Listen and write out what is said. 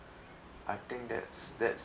I think that's that's